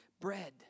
bread